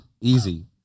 Easy